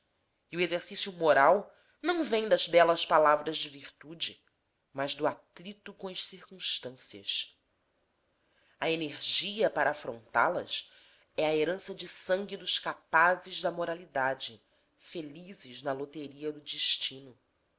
e o exercício moral não vem das belas palavras de virtude mas do atrito com as circunstâncias a energia para afrontá las é a herança de sangue dos capazes da moralidade felizes na loteria do destino